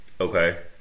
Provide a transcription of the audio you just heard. Okay